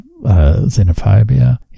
xenophobia